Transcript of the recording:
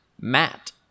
Matt